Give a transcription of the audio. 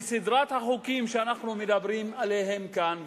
סדרת החוקים שאנחנו מדברים עליהם כאן,